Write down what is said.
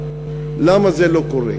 למה זה לא קורה?